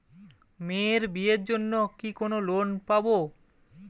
মেয়ের বিয়ের জন্য কি কোন লোন পাব?